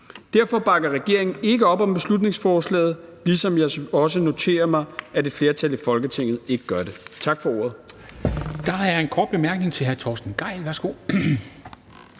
mindst, bakker regeringen derfor ikke op om beslutningsforslaget, ligesom jeg også noterer mig at et flertal i Folketinget ikke gør det. Tak for ordet. Kl. 14:17 Formanden (Henrik Dam Kristensen):